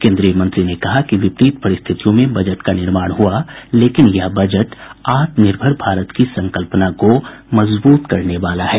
केन्द्रीय मंत्री ने कहा कि विपरीत परिस्थितियों में बजट का निर्माण हुआ लेकिन यह बजट आत्मनिर्भर भारत की संकल्पना को मजबूत करने वाला है